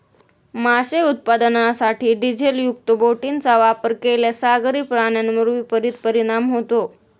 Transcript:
मासे उत्पादनासाठी डिझेलयुक्त बोटींचा वापर केल्यास सागरी प्राण्यांवर विपरीत परिणाम होतो